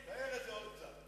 תאר את זה עוד קצת.